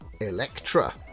Electra